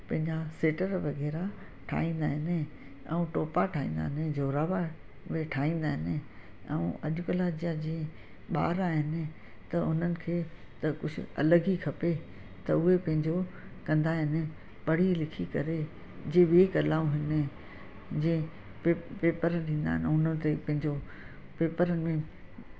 पंहिंजा स्वेटर वग़ैरह ठाहींदा आहिनि ऐं टोपा ठाहींदा आहिनि जुराबा बि ठाहींदा आहिनि ऐं अॼुकल्ह जा जीअं ॿार आहिनि त उन्हनि खे त कुझु अलॻि ई खपे त उहे पंहिंजो कंदा आहिनि पढ़ी लिखी करे जे ॿिए कलाऊं हिन जीअं पे पेपर ॾींदा आहिनि उन ते पंहिंजो पेपर में